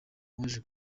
waje